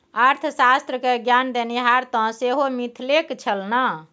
अर्थशास्त्र क ज्ञान देनिहार तँ सेहो मिथिलेक छल ने